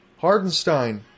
Hardenstein